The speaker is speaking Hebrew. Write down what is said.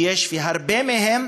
שהרבה מהם